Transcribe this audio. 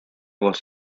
was